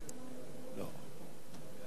בעד, 7,